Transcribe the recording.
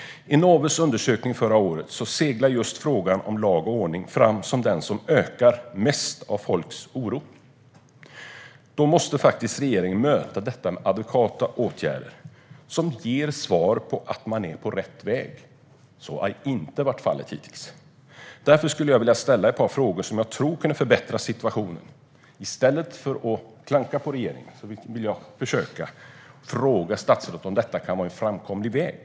I Novus undersökning förra året seglade just frågan om lag och ordning fram som den som ökar mest när det gäller folks oro. Därför måste regeringen möta detta med adekvata åtgärder som visar att man är på rätt väg. Så har inte varit fallet hittills. Därför skulle jag vilja ta upp några punkter som jag tror skulle kunna förbättra situationen. I stället för att klanka på regeringen vill jag försöka fråga statsrådet om detta kan vara en framkomlig väg.